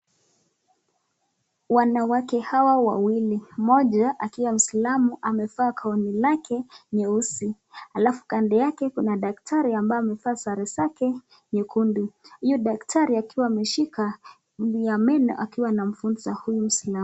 Wanawake hawa wawili, bmmoja akiwa Muislamu amevaa gauni lake nyeusi, alafu kando yake kuna daktari ambaye amevaa sare zake nyekundu. Huyu daktari akiwa ameshika meno akiwa anamfunza huyu muislamu.